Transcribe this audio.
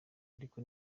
ariko